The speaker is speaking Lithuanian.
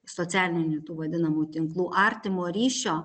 socialinių tų vadinamų tinklų artimo ryšio